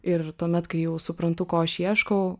ir tuomet kai jau suprantu ko aš ieškau